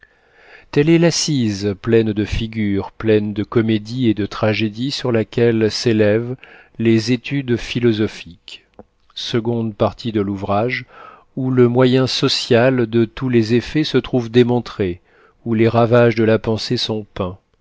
telle est l'assise pleine de figures pleine de comédies et de tragédies sur laquelle s'élèvent les etudes philosophiques seconde partie de l'ouvrage où le moyen social de tous les effets se trouve démontré où les ravages de la pensée sont peints